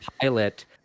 pilot